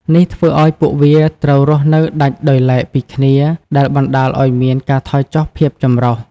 នេះធ្វើឱ្យពួកវាត្រូវរស់នៅដាច់ដោយឡែកពីគ្នា ដែលបណ្តាលឱ្យមាន ការថយចុះភាពចម្រុះ។